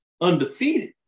undefeated